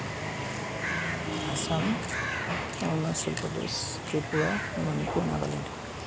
Assam Arunachal Pradesh Tripura Manipur Nagaland